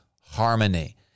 harmony